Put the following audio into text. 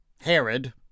Herod